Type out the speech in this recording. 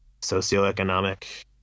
socioeconomic